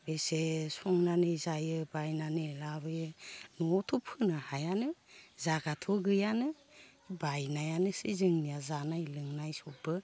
बेसे संनानै जायो बायनानै लाबोयो न'आवथ' फोनो हायानो जागाथ' गैयानो बायनायानोसै जोंनिया जानाय लोंनाय सबबो